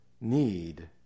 need